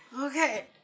Okay